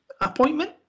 appointment